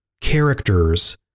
characters